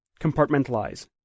Compartmentalize